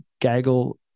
gaggle